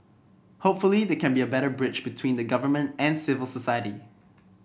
hopefully there can be a better bridge between the government and civil society